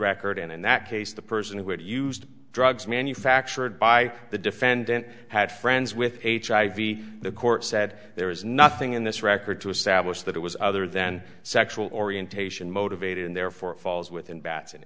record and in that case the person who had used drugs manufactured by the defendant had friends with hiv the court said there is nothing in this record to establish that it was other than sexual orientation motivated and therefore falls within bats